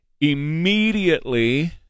immediately